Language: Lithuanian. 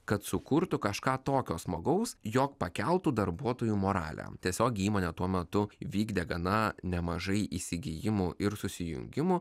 kad sukurtų kažką tokio smagaus jog pakeltų darbuotojų moralę tiesiog įmonė tuo metu vykdė gana nemažai įsigijimų ir susijungimų